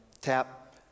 tap